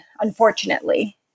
unfortunately